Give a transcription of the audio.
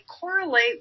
correlate